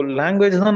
language